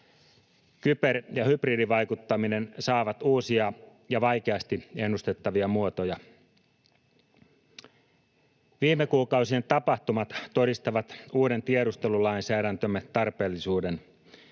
Kyber- ja hybridivaikuttaminen saavat uusia ja vaikeasti ennustettavia muotoja. Viime kuukausien tapahtumat todistavat uuden tiedustelulainsäädäntömme tarpeellisuuden.